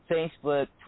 Facebook